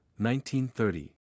1930